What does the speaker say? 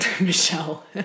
Michelle